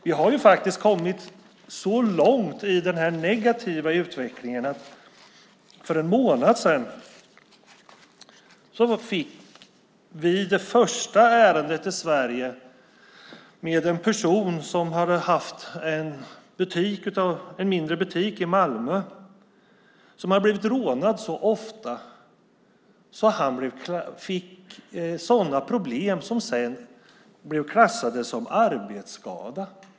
Vi har faktiskt kommit så långt i den här negativa utvecklingen att vi för en månad sedan fick det första ärendet i Sverige där en person som hade haft en mindre butik i Malmö som hade blivit rånad så ofta fick problem som sedan blev klassade som arbetsskada.